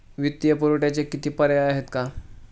वित्तीय पुरवठ्याचे किती पर्याय आहेत का?